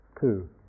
two